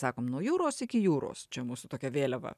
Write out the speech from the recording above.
sakom nuo jūros iki jūros čia mūsų tokia vėliava